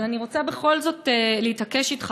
אבל אני רוצה בכל זאת להתעקש איתך,